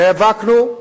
נאבקנו,